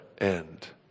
end